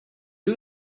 you